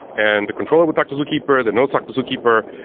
and the controller would talk to zookeeper. the nodes talk to zookeeper.